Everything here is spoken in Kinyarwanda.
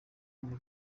muri